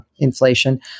inflation